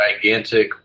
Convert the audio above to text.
gigantic